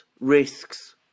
risks